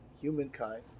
humankind